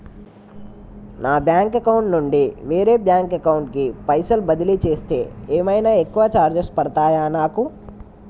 నా bank account నుండి వేరే బ్యాంక్ అకౌంట్ కి పైసల్ బదిలీ చేస్తే ఏమైనా ఎక్కువ చార్జెస్ పడ్తయా నాకు?